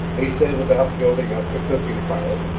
he set about building up the cooking fire,